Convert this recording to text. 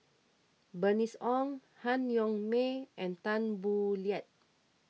Bernice Ong Han Yong May and Tan Boo Liat